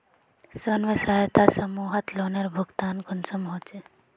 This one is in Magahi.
स्वयं सहायता समूहत लोनेर भुगतान कुंसम होचे?